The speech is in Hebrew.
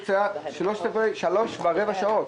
לפעמים 3:15 שעות.